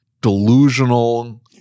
delusional